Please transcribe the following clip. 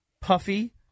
puffy